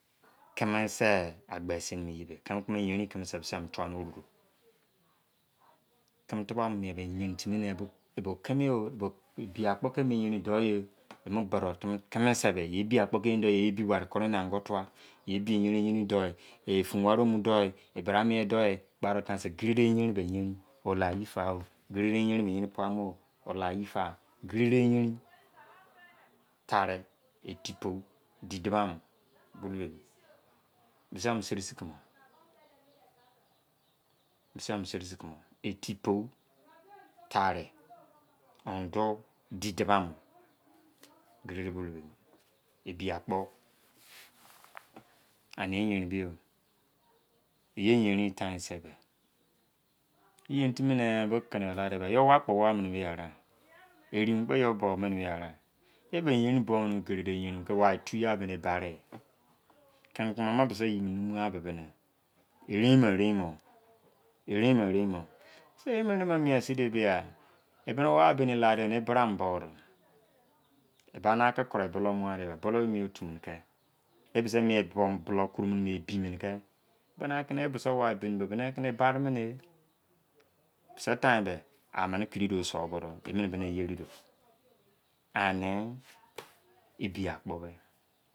Kimii sẹ agbe sin yi ye bẹ kimi-kimi eyerin yi kimii sẹ yọbẹ tua n'oro do kimi-tubọu ani bẹ yerin timi ne e bo kimi yo. Ebi akpo ki mo yerin dọụ yi emo be dọ kimiise bẹ ye bi akpo ki yerin dọụ yi. ye bi wari kọrẹ eni ango tụa ye bi yerin yerin dou yi e fun wari ọ mu dọụ yi. E bra mịe dọụ yi. Gba dẹ tain sẹ gerede yerin ọ la yi fao gerere yerin be yerin pua mọ ọ layi fa. Gerere yerin tari etipon di du bamo bulou bo emi. Bisi yọ bẹ seri sin kụmọ bisi yo be seri sin kụmọ. Etipou. Tari ondu di dụbamọ gerere bulou beemi ebia-kpo. Ani yerin biyo ye yerin yi tain sẹ bẹ eyerin timi ne bo keni yọ la de bia yo owa kpọ ọwa mini bẹ ye arigha. Erein kpo yo bọ mini bẹ ye righa? E be yerin bomoni gerere yerin ke wai tu ya boni e bariyi keni kimi-ma bisi ye be numugha bịbi ni. Erein mọ erein mo erein mọ erein mọ. Bisi erein mọ erein mọ emo mịen sinde bia e awa beni la de bia eni bra mini bọụdọ ebaniaki kụrọi bụlọu mugha de bia bulou emi otu mini ki e bisi mien koro mo bulou ebi mini kii akini bar nio de bisi tain be amini kiri duo sọụ bo dọ. Emini eyeri dọ